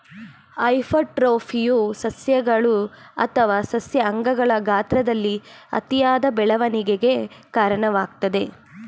ಹೈಪರ್ಟ್ರೋಫಿಯು ಸಸ್ಯಗಳು ಅಥವಾ ಸಸ್ಯ ಅಂಗಗಳ ಗಾತ್ರದಲ್ಲಿ ಅತಿಯಾದ ಬೆಳವಣಿಗೆಗೆ ಕಾರಣವಾಗ್ತದೆ